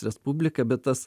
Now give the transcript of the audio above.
respublika bet tas